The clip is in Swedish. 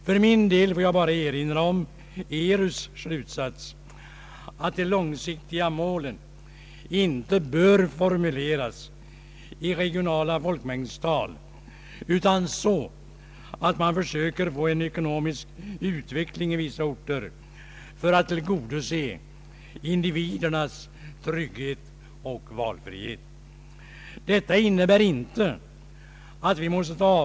För min del får jag bara erinra om ERU:s slutsats att de långsiktiga målen inte bör formuleras i regionala folkmängdstal utan så att man försöker få en ekonomisk utveckling i vissa orter för att tillgodose individernas trygghet och valfrihet. Detta innebär inte att vi måste ta Ang.